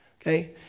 Okay